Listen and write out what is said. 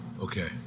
Okay